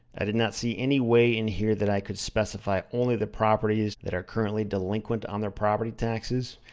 i did not see any way in here that i could specify only the properties that are currently delinquent on their property taxes.